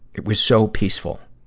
it was so peaceful.